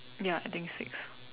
ya I think six